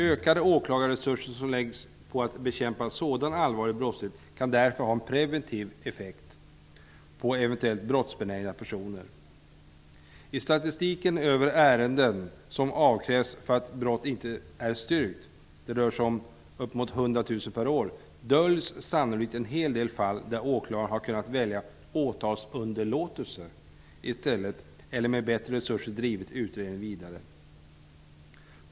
Ökade åklagarresurser för att bekämpa sådan allvarlig brottslighet kan därför ha en preventiv effekt på eventuellt brottsbenägna personer. I statistiken över ärenden som avskrivits för att brott inte är styrkt -- det rör sig om uppemot 100 000 per år -- döljs sannolikt en hel del fall där åklagaren har valt åtalsunderlåtelse där utredningen med bättre resurser i stället hade kunnat drivas vidare.